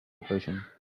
recursion